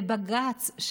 ובג"ץ,